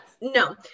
No